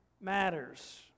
matters